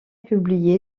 publié